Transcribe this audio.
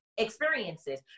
Experiences